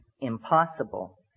impossible